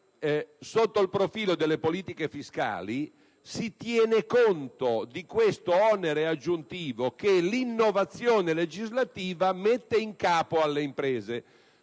sotto il profilo delle politiche fiscali, si tenga conto di questo onere aggiuntivo che l'innovazione legislativa pone in capo alle imprese.